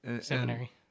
seminary